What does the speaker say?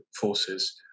forces